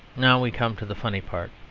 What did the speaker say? now we come to the funny part.